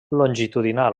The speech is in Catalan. longitudinal